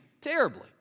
terribly